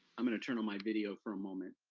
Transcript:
i'm gonna turn on my video for a moment.